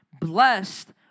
Blessed